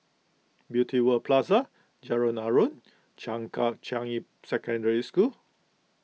Beauty World Plaza Jalan Aruan Changkat Changi Secondary School